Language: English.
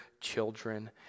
children